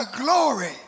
glory